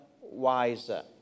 wiser